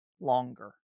longer